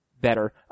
better